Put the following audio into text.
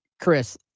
Chris